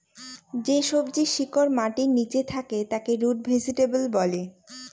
যে সবজির শিকড় মাটির নীচে থাকে তাকে রুট ভেজিটেবল বলে